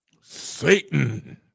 Satan